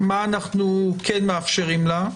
מה אנו מאפשרים לה?